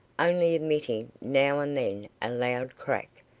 only emitting now and then a loud crack,